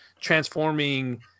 transforming